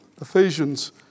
Ephesians